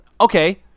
Okay